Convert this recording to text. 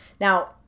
now